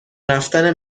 رفتن